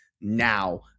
now